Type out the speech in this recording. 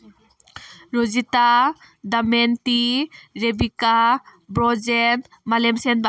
ꯔꯣꯖꯤꯇꯥ ꯗꯃꯦꯟꯇꯤ ꯔꯦꯕꯤꯀꯥ ꯕ꯭ꯔꯣꯖꯦꯟ ꯃꯥꯂꯦꯝꯁꯦꯟꯕ